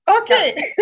Okay